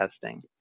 testing